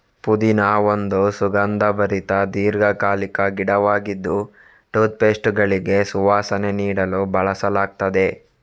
ಪುದೀನಾ ಒಂದು ಸುಗಂಧಭರಿತ ದೀರ್ಘಕಾಲಿಕ ಗಿಡವಾಗಿದ್ದು ಟೂತ್ ಪೇಸ್ಟುಗಳಿಗೆ ಸುವಾಸನೆ ನೀಡಲು ಬಳಸಲಾಗ್ತದೆ